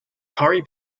curry